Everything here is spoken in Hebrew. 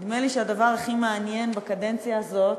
נדמה לי שהדבר הכי מעניין בקדנציה הזאת,